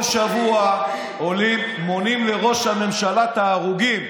כל שבוע עולים ומונים לראש הממשלה את ההרוגים,